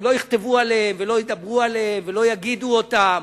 לא יכתבו עליהן, ולא ידברו עליהן, ולא יגידו אותן.